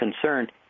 concern